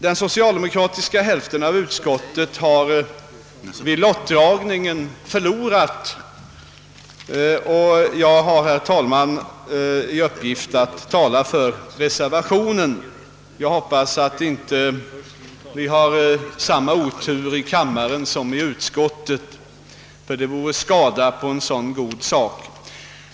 Den socialdemokratiska hälften av utskottet har vid lottdragningen förlorat, och jag har, herr talman, i uppgift att tala för reservationen. Jag hoppas att vi inte har samma otur i kammaren som i utskottet, ty det vore skada på en så god sak.